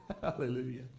Hallelujah